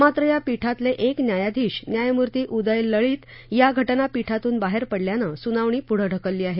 मात्र या पीठातले एक न्यायाधीश न्यायमूर्ती उदय लळित या घटनापीठातून बाहेर पडल्यानं सुनावणी पूढं ढकलली आहे